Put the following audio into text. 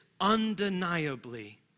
undeniably